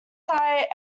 sight